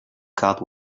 card